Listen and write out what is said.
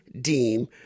deem